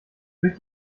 durch